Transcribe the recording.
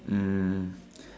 mm